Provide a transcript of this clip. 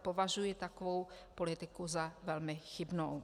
Považuji takovou politiku za velmi chybnou.